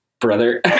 Brother